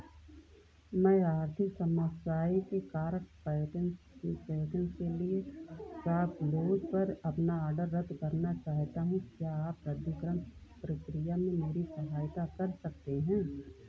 मैं आर्थिक समस्याएँ के कारण पैटंस ए पैटन के लिए सापक्लूज पर अपना ऑडर रद्द करना चाहता हूँ क्या आप रद्दीकरण प्रक्रिया में मेरी सहायता कर सकते हैं